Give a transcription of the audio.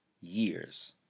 years